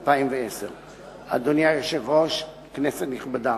אדוני היושב-ראש, כנסת נכבדה,